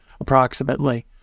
approximately